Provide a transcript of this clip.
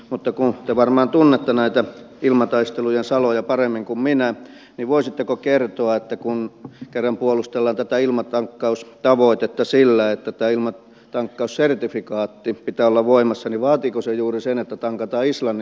mutta kun te varmaan tunnette näitä ilmataistelujen saloja paremmin kuin minä niin voisitteko kertoa kun kerran puolustellaan tätä ilmatankkaustavoitetta sillä että tämän ilmatankkaussertifikaatin pitää olla voimassa vaatiiko se juuri sen että tankataan islannin ilmatilassa